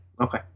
Okay